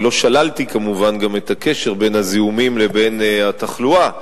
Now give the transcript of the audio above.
אני לא שללתי כמובן את הקשר בין הזיהומים לבין התחלואה,